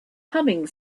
humming